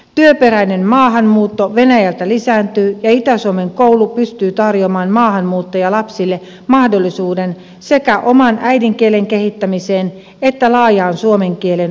työperäinen maahanmuutto venäjältä lisääntyy ja itä suomen koulu pystyy tarjoamaan maahanmuuttajalapsille mahdollisuuden sekä oman äidinkielen kehittämiseen että laajaan suomen kielen oppimiseen